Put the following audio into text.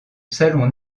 salon